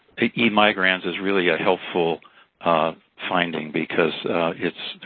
em migrans is really ah helpful finding, because it's.